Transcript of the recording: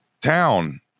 town